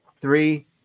Three